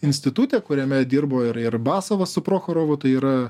institute kuriame dirbo ir ir basovas su prochorovu tai yra